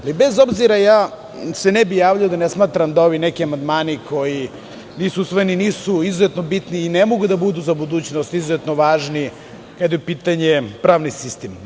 Ali, bez obzira, ne bih se javljao da ne smatram da ovi neki amandmani, koji nisu usvojeni, nisu izuzetno bitni i ne mogu da budu za budućnost izuzetno važni, kada je u pitanju pravni sistem.